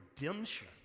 redemption